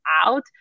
out